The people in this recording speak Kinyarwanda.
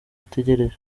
ategereje